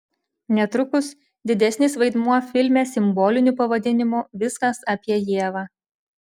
netrukus didesnis vaidmuo filme simboliniu pavadinimu viskas apie ievą